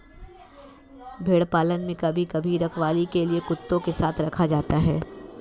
भेड़ पालन में कभी कभी रखवाली के लिए कुत्तों को साथ रखा जाता है